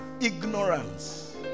Ignorance